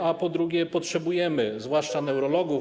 A po drugie, potrzebujemy zwłaszcza neurologów.